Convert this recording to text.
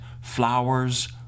Flowers